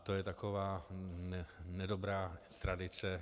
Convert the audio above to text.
To je taková nedobrá tradice.